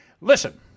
listen